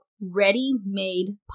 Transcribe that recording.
ready-made